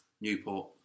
Newport